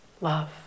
love